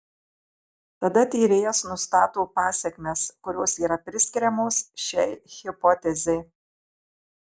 tada tyrėjas nustato pasekmes kurios yra priskiriamos šiai hipotezei